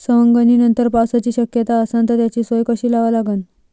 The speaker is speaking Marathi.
सवंगनीनंतर पावसाची शक्यता असन त त्याची सोय कशी लावा लागन?